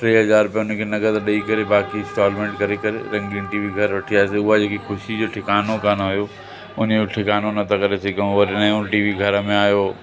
टे हज़ार रुपिया उन खे नगद ॾई करे बाकी इंस्टॉलमेंट करे करे रंगीन टी वी घर वठी आयासीं उहा जेकी ख़ुशी जो ठिकानो कोन हुयो उन जो ठिकानो नथा करे सघऊं और नयों टी वी घर में आहियो